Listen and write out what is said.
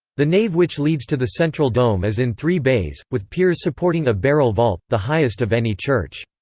the nave which leads to the central dome is in three bays, with piers supporting a barrel-vault, the highest of any church.